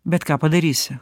bet ką padarysi